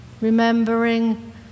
Remembering